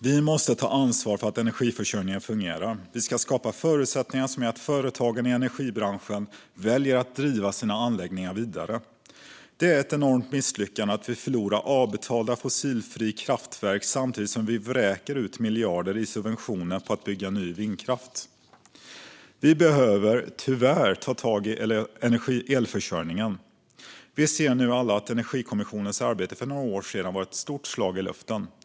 Vi måste ta ansvar för att energiförsörjningen fungerar. Vi ska skapa förutsättningar som gör att företagen i energibranschen väljer att driva sina anläggningar vidare. Det är ett enormt misslyckande att vi förlorar avbetalda fossilfria kraftverk samtidigt som vi vräker ut miljarder i subventioner på att bygga ny vindkraft. Vi behöver - tyvärr - ta tag i elförsörjningen. Vi ser nu alla att Energikommissionens arbete för några år sedan var ett stort slag i luften.